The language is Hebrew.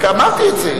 אמרתי את זה.